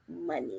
money